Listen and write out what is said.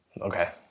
Okay